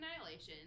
Annihilation